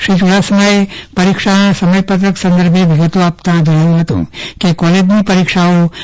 શ્રી ચુડાસમાએ પરીક્ષાના સમયપત્રક સંદર્ભે વિગતો આપતા જણાવ્યુ હતું કે કોલેજની પરીક્ષાઓ તા